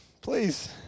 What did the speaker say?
please